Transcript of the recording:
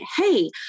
Hey